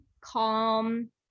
calm